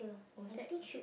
was that